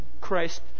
Christ